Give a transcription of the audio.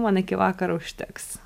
man iki vakaro užteks